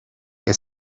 que